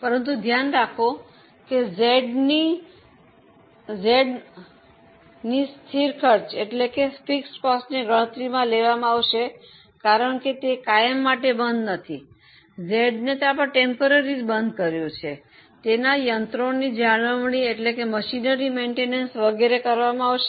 પરંતુ ધ્યાન રાખો કે Z ની સ્થિર ખર્ચને ગણતરીમાં લેવામાં આવશે કારણ કે તે કાયમ માટે બંધ નથી Z ને કામચલાઉ બંધ કરવામાં આવ્યું છે તેના યંત્રોની જાળવણી વગેરે કરવામાં આવશે